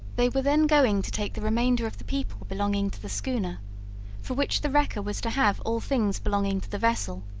they were then going to take the remainder of the people belonging to the schooner for which the wrecker was to have all things belonging to the vessel,